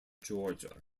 georgia